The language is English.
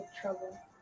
Trouble